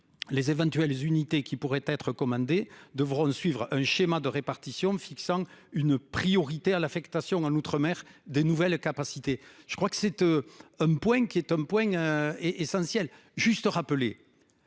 les éventuelles unités qui pourraient être commandés devront suivre un schéma de répartition fixant une priorité à l'affectation dans l'Outre-mer des nouvelles capacités. Je crois que cette. Un point qui est un point est essentiel juste rappeler.